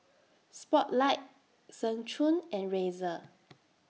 Spotlight Seng Choon and Razer